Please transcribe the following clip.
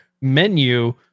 menu